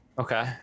Okay